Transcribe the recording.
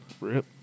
Rip